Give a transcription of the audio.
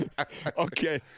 okay